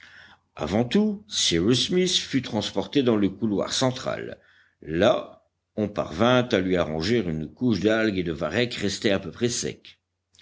avant tout cyrus smith fut transporté dans le couloir central là on parvint à lui arranger une couche d'algues et de varechs restés à peu près secs